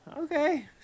Okay